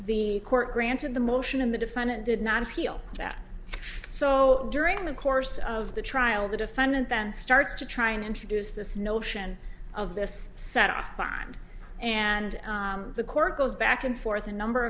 the court granted the motion of the defendant did not appeal that so during the course of the trial the defendant then starts to try and introduce this notion of this set off behind and the court goes back and forth a number